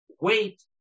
wait